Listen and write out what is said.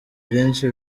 byinshi